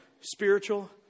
spiritual